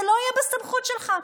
זה לא יהיה בסמכות שלך.